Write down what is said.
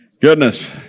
Goodness